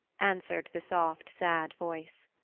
answered the soft, sad voice.